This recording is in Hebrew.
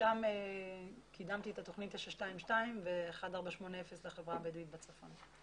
ושם קידמתי את תוכנית 922 ו-1480 בחברה הבדואית בצפון.